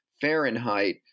Fahrenheit